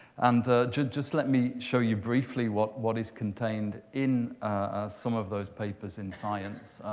and just let me show you briefly what what is contained in some of those papers in science.